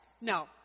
No